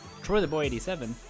TroyTheBoy87